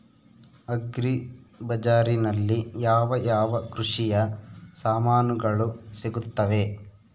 Agri ಬಜಾರಿನಲ್ಲಿ ಯಾವ ಯಾವ ಕೃಷಿಯ ಸಾಮಾನುಗಳು ಸಿಗುತ್ತವೆ?